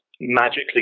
magically